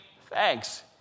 thanks